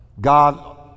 God